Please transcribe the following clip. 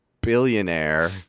billionaire